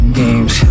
games